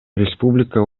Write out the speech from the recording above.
республика